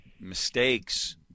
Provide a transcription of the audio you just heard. mistakes